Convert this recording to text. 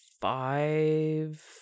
five